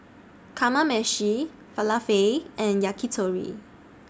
Kamameshi Falafel and Yakitori